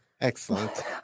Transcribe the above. Excellent